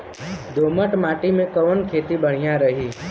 दोमट माटी में कवन खेती बढ़िया रही?